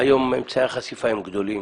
--- היום אמצעי החשיפה הם גדולים